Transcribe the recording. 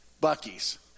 Bucky's